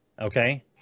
Okay